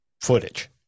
footage